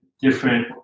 different